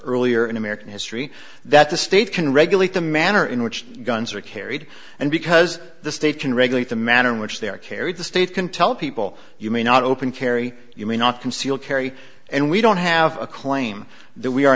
earlier in american history that the state can regulate the manner in which guns are carried and because the state can regulate the manner in which they are carried the state can tell people you may not open carry you may not conceal carry and we don't have a claim that we are